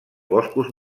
boscos